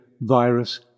virus